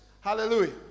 hallelujah